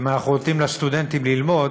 אם אנחנו נותנים לסטודנטים ללמוד